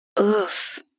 Oof